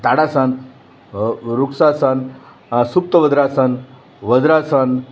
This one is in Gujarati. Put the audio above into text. તાડાસન વૃક્ષાસન શુબ્તોબદ્રાસન વદ્રાસન